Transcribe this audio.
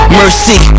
mercy